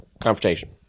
confrontation